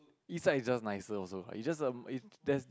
East side is just nicer also is just a is that